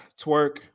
Twerk